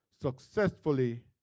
successfully